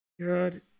God